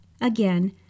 Again